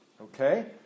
Okay